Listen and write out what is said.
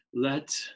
Let